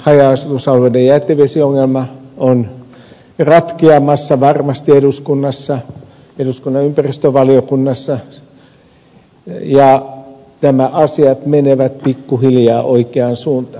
haja asutusalueiden jätevesiongelma on ratkeamassa varmasti eduskunnassa eduskunnan ympäristövaliokunnassa ja nämä asiat menevät pikkuhiljaa oikeaan suuntaan